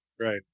Right